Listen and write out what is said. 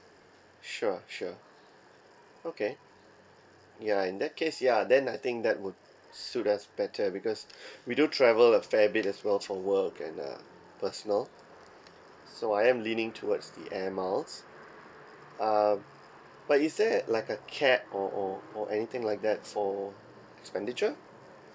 sure sure okay ya in that case ya then I think that would suit us better because we do travel a fair bit as well for work and uh personal so I am leaning towards the air miles um but is there like a cap or or or anything like that for expenditure